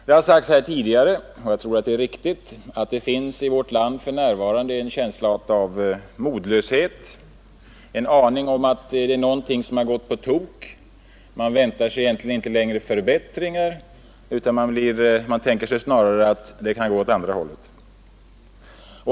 Det har sagts här tidigare, och jag tror att det är riktigt, att det för närvarande i vårt land finns en modlöshet, en känsla av att något gått på tok. Man väntar sig inte längre förbättringar, utan man hyser oro för att det skall gå åt andra hållet.